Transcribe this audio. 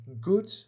good